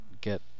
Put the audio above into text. get